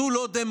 זו לא דמוקרטיה,